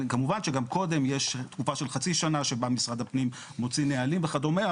כמובן שגם קודם יש תקופה של חצי שנה שבה משרד הפנים מוציא נהלים וכדומה.